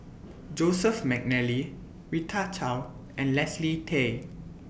Joseph Mcnally Rita Chao and Leslie Tay